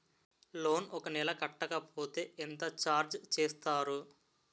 Loan ఒక నెల కట్టకపోతే ఎంత ఛార్జ్ చేస్తారు?